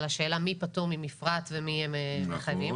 על השאלה מי פטור ממפרט ומי הם מחייבים.